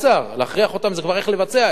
להכריח אותם זה כבר איך לבצע את זה.